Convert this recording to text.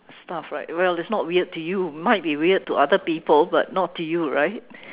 stuff right well it's not weird to you might be weird to other people but not to you right